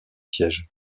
piège